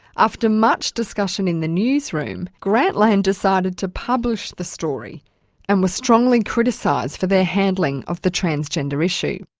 after much discussion in the newsroom, grantland decided to publish the story and were strongly criticised for their handling of the transgender issue.